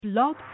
Blog